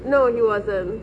no he wasn't